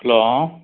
hello